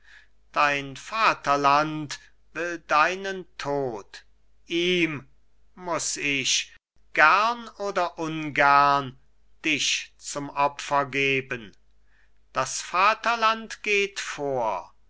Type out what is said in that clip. dein vaterland will deinen tod ihm muß ich gern oder ungern dich zum opfer geben das vaterland geht vor